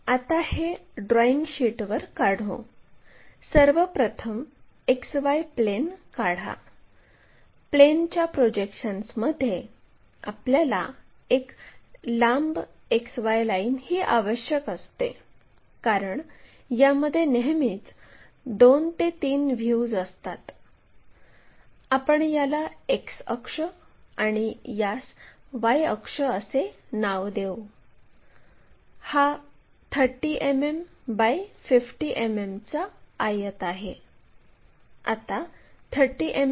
आपण ड्रॉईंग शीटवर हे p r काढल्यानंतर असा आर्क काढा हा आर्क लोकस लाईनला जेथे छेदतो त्यास r1 असे म्हणू मग r1 ला वर r च्या लोकस लाईनपर्यंत प्रोजेक्ट करू आणि त्या बिंदुला r1 असे म्हणू आणि मग p आणि r1 हे जोडा